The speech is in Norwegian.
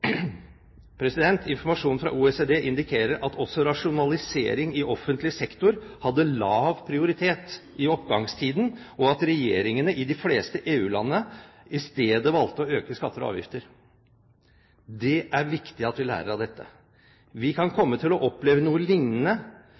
Informasjonen fra OECD indikerer at også rasjonalisering i offentlig sektor hadde lav prioritet i oppgangstiden, og at regjeringene i de fleste EU-landene i stedet valgte å øke skatter og avgifter. Det er viktig at vi lærer av dette. Vi kan komme til å oppleve lignende